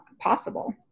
possible